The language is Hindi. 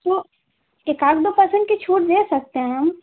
तो एकाध दो परसेंट की छूट दे सकते हैं हम